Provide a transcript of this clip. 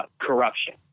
corruption